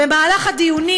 במהלך הדיונים,